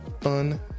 fun